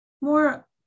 more